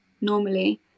normally